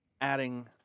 adding